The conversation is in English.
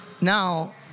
now